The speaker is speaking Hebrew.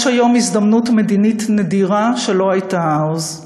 יש היום הזדמנות מדינית נדירה שלא הייתה אז.